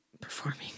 performing